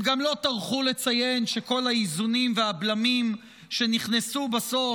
הם גם לא טרחו לציין שכל האיזונים והבלמים שנכנסו בסוף